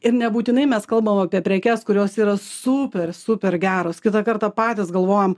ir nebūtinai mes kalbam apie prekes kurios yra super super geros kitą kartą patys galvojam